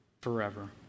forever